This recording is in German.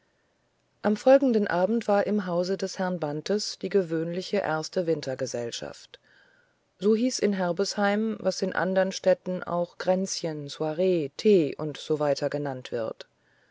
am folgenden abend war im hause des herrn bantes die gewöhnliche erste wintergesellschaft so hieß in herbesheim was in anderen städten auch kränzchen soiree tee usw genannt wird